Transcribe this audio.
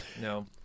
No